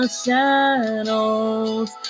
shadows